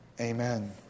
Amen